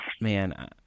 man